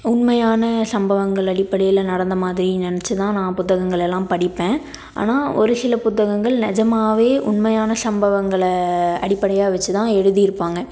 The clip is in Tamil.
உண்மையான சம்பவங்கள் அடிப்படையில் நடந்த மாதிரி நினச்சு தான் நான் புத்தகங்களை எல்லாம் படிப்பேன் ஆனால் ஒரு சில புத்தகங்கள் நிஜமாவே உண்மையான சம்பவங்கள அடிப்படையாக வைச்சு தான் எழுதிருப்பாங்க